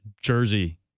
jersey